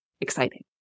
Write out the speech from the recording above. exciting